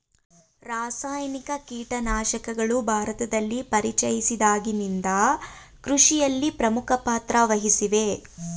ರಾಸಾಯನಿಕ ಕೀಟನಾಶಕಗಳು ಭಾರತದಲ್ಲಿ ಪರಿಚಯಿಸಿದಾಗಿನಿಂದ ಕೃಷಿಯಲ್ಲಿ ಪ್ರಮುಖ ಪಾತ್ರ ವಹಿಸಿವೆ